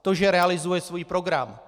To, že realizuje svůj program.